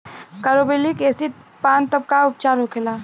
Carbolic acid पान तब का उपचार होखेला?